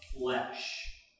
flesh